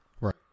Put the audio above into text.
Right